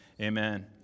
Amen